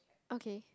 okay